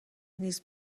نیز